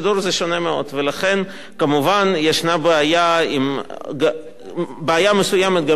ולכן ישנה כמובן בעיה מסוימת גם עם עצם קיום האגרה,